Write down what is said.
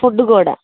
food కూడా